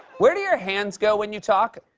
where do your hands go when you talk?